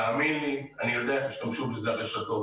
תאמין לי שאני יודע איך השתמשו בזה הרשתות.